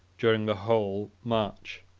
during the whole march.